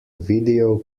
video